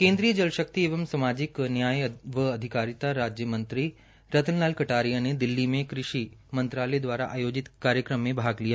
केन्द्रीय जल शकित एवं सामाजिक नयाय व अधिकारिता राज्य मंत्री रतन लाल कटारिया ने दिल्ली में कृषि मंत्रालय दवारा आयोजित कार्यक्रम में भाग लिया